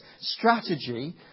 strategy